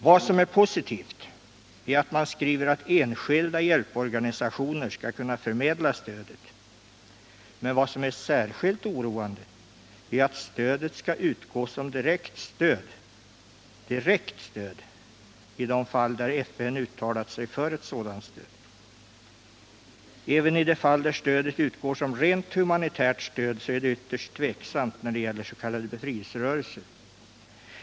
Vad som är positivt är att man skriver att enskilda hjälporganisationer skall kunna förmedla stödet. Men vad som är särskilt oroande är att stödet skall utgå som direkt stöd i de fall där FN uttalat sig för ett sådant stöd. Även i de fall där stödet utgår som rent humanitärt stöd är det ytterligt tveksamt när det gäller s.k. befrielserörelser.